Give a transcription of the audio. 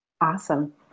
Awesome